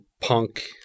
punk